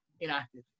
inactive